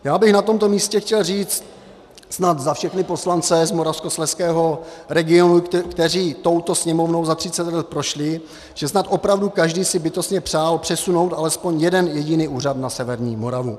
Já bych na tomto místě chtěl říct snad za všechny poslance z Moravskoslezského regionu, kteří touto Sněmovnou za třicet let prošli, že snad opravdu každý si bytostně přál přesunout alespoň jeden jediný úřad na severní Moravu.